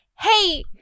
Hey